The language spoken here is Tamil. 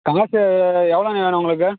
காசு எவ்வளோண்ணே வேணும் உங்களுக்கு